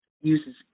uses